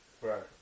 right